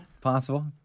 Possible